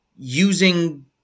using